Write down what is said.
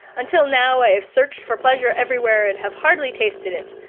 until now i have searched for pleasure everywhere and have hardly tasted it.